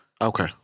Okay